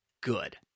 good